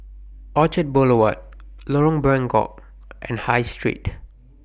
Orchard Boulevard Lorong Buangkok and High Street